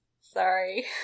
Sorry